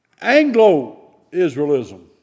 Anglo-Israelism